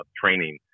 training